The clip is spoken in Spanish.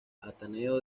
ateneo